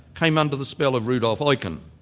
came under the spell of rudolph like um